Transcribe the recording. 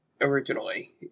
originally